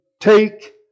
Take